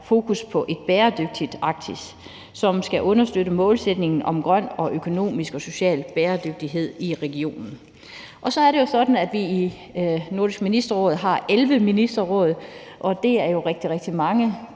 fokus på et bæredygtigt Arktis, og som skal understøtte målsætningen om grøn og økonomisk og social bæredygtighed i regionen. Så er det sådan, at vi i Nordisk Ministerråd har 11 fagministerråd, og det er jo rigtig, rigtig mange.